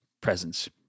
presence